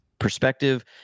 Perspective